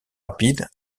rapide